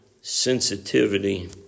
sensitivity